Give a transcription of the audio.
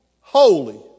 holy